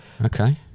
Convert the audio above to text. Okay